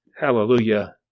Hallelujah